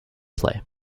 play